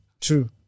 True